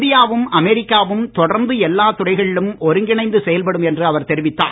இந்தியாவும் அமெரிக்காவும் தொடர்ந்து எல்லா துறைகளிலும் ஒருங்கிணைந்து செயல்படும் என்று அவர் தெரிவித்தார்